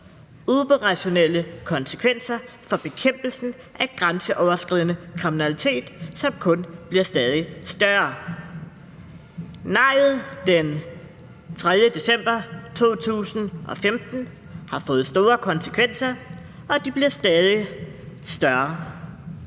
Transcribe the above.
operationelle konsekvenser for bekæmpelsen af grænseoverskridende kriminalitet, som kun bliver stadig større. Nejet den 3. december 2015 har fået store konsekvenser, og de bliver stadig større.